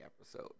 episode